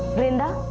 vrunda.